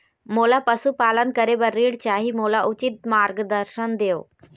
मोला पशुपालन करे बर ऋण चाही, मोला उचित मार्गदर्शन देव?